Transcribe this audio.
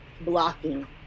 blocking